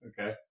Okay